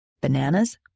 Bananas